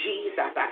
Jesus